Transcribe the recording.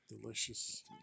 delicious